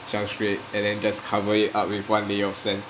shell scrape and then just cover it up with one layer of sand